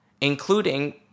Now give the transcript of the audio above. including